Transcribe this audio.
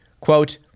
quote